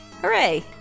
Hooray